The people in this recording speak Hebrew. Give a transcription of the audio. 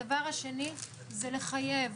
הדבר השני זה לחייב